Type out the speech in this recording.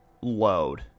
load